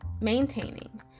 maintaining